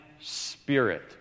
spirit